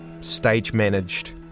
stage-managed